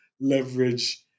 leverage